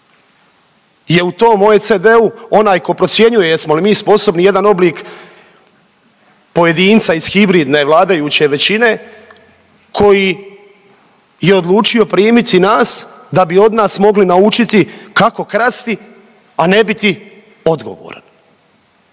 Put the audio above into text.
je u tom OECD-u onaj ko procjenjuje jesmo li mi sposobni jedan oblik pojedinca iz hibridne vladajuće većine koji je odlučio primiti nas da bi od nas mogli naučiti kako krasti, a ne biti odgovoran.